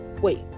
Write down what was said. Wait